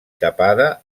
tapada